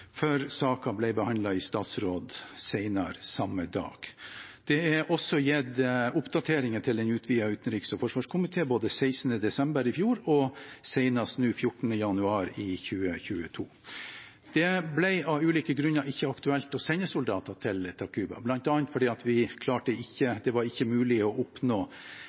før saken ble behandlet i statsråd senere samme dag. Det er også gitt oppdateringer til den utvidete utenriks- og forsvarskomité, både 16. desember i fjor og senest nå, 14. januar 2022. Det ble av ulike grunner ikke aktuelt å sende soldater til Takuba, bl.a. fordi det ikke var mulig å oppnå